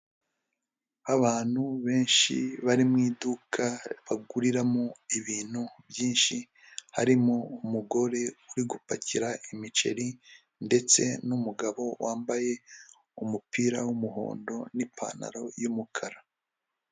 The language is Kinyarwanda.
Abantu benshi bari mu iduka baguriramo ibintu byinshi, harimo umugore uri gupakira imiceri ndetse n'umugabo wambaye umupira w'umuhondo n'ipantaro y'umukara.